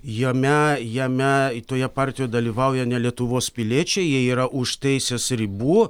jame jame toje partijoje dalyvauja ne lietuvos piliečiai jie yra už teisės ribų